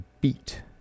beat